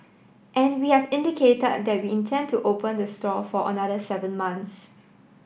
and we have indicated that we intend to open the store for another seven months